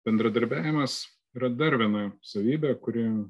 bendradarbiavimas yra dar viena savybė kuri